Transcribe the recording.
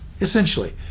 Essentially